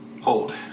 Hold